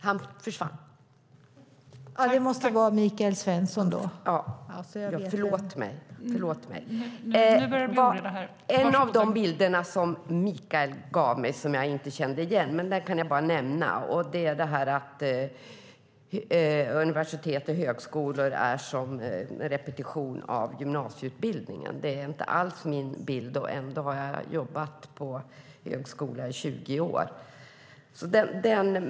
Jag kan bara nämna en av de bilder som Michael gav mig, som jag inte kände igen. Det var att utbildning på universitet och högskolor är som repetition av gymnasieutbildningen. Det är inte alls min bild, och jag har ändå jobbat på högskola i 20 år.